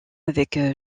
avec